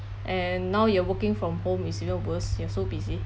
and now you are working from home is even worse you are so busy